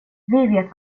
vet